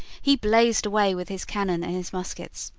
he blazed away with his cannon and his muskets.